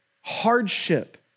hardship